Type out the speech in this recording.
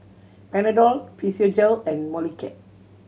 Panadol Physiogel and Molicare